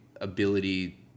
ability